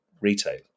retail